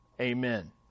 Amen